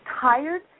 tired